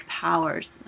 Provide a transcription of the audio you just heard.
powers